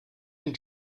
and